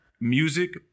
music